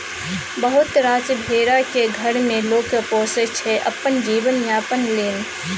बहुत रास भेरा केँ घर मे लोक पोसय छै अपन जीबन यापन लेल